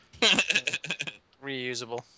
Reusable